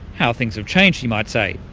how things have changed, you might say.